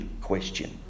question